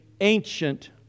ancient